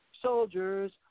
Soldiers